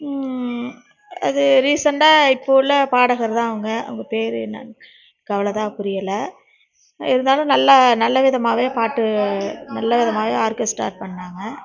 அது ரீசெண்ட்டாக இப்போ உள்ள பாடகர் தான் அவங்க அவங்க பேர் என்னனு அவ்வளோ இதாக புரியலை இருந்தாலும் நல்ல நல்ல விதமாகவே பாட்டு நல்ல விதமாகவே ஆர்கெஸ்டரா பண்ணிணாங்க